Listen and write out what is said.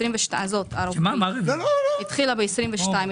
התחילה ב-22'.